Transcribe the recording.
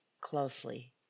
closely